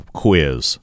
quiz